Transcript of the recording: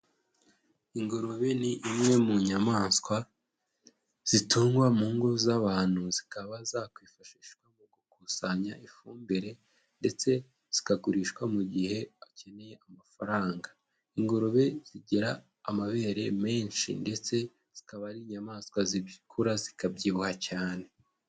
Ingurube ni imwe mu nyamaswa zitungwa mu ngo z'abantu zikaba zakwifashishwa mu gukusanya ifumbire ndetse zikagurishwa mu gihe akeneye amafaranga. Ingurube zigira amabere menshi ndetse zikaba ari inyamaswa zikura zikabyibuha cyane.